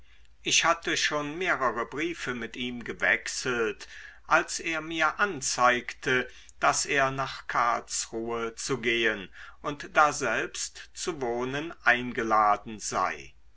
ich hatte schon mehrere briefe mit ihm gewechselt als er mir anzeigte daß er nach karlsruhe zu gehen und daselbst zu wohnen eingeladen sei